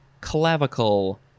clavicle